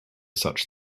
such